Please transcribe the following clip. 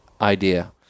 idea